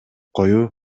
коюу